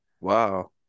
wow